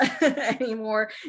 anymore